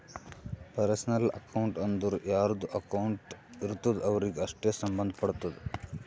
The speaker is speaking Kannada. ಪರ್ಸನಲ್ ಅಕೌಂಟ್ ಅಂದುರ್ ಯಾರ್ದು ಅಕೌಂಟ್ ಇರ್ತುದ್ ಅವ್ರಿಗೆ ಅಷ್ಟೇ ಸಂಭಂದ್ ಪಡ್ತುದ